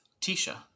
Tisha